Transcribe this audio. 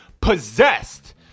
possessed